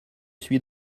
suis